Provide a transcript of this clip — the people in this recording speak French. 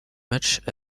matchs